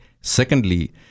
Secondly